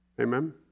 Amen